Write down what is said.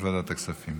התשפ"ד